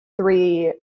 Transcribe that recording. three